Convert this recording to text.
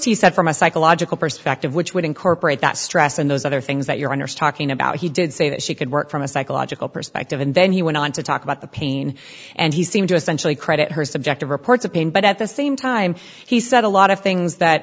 a psychological perspective which would incorporate that stress and those other things that your honour's talking about he did say that she could work from a psychological perspective and then he went on to talk about the pain and he seemed to essentially credit her subjective reports of pain but at the same time he said a lot of things that